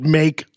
make